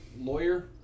Lawyer